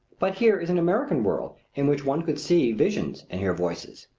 but here is an american world in which one could see visions and hear voices.